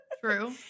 True